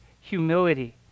humility